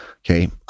Okay